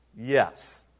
yes